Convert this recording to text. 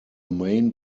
main